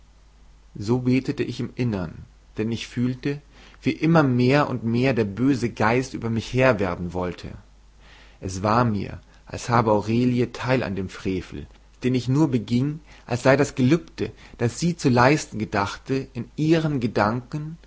so betete ich im innern denn ich fühlte wie immer mehr und mehr der böse geist über mich herr werden wollte es war mir als habe aurelie teil an dem frevel den ich nur beging als sei das gelübde das sie zu leisten gedachte in ihren gedanken